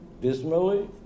dismally